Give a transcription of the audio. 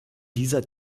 dieser